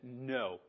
no